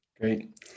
Great